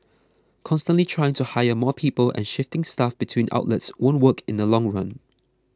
constantly trying to hire more people and shifting staff between outlets won't work in the long run